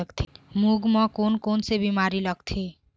मूंग म कोन कोन से बीमारी लगथे?